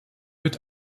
mit